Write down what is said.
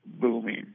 booming